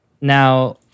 now